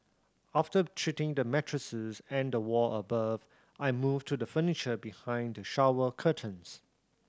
after treating the mattress and the wall above I moved to the furniture behind the shower curtains